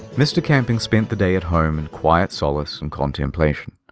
mr. camping spent the day at home in quiet solace and contemplation,